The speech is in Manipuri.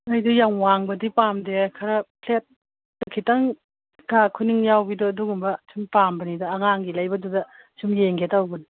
ꯑꯩꯗꯤ ꯌꯥꯝ ꯋꯥꯡꯕꯗꯤ ꯄꯥꯝꯗꯦ ꯈꯔ ꯐ꯭ꯂꯦꯠ ꯈꯤꯇꯪꯒ ꯈꯨꯅꯤꯡ ꯌꯥꯎꯕꯤꯗꯣ ꯑꯗꯨꯒꯨꯝꯕ ꯁꯨꯝ ꯄꯥꯝꯕꯅꯤꯗ ꯑꯉꯥꯡꯒꯤ ꯂꯩꯕꯗꯨꯗ ꯁꯨꯝ ꯌꯦꯡꯒꯦ ꯇꯧꯕꯅꯤ